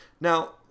Now